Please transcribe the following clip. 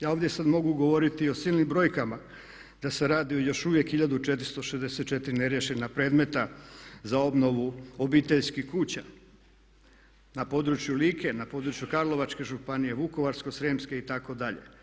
Ja ovdje sad mogu govoriti o silnim brojkama da se radi o još uvijek o hiljadu 464 neriješena predmeta za obnovu obiteljskih kuća na području Like, na području Karlovačke županije, Vukovarsko-srijemske itd.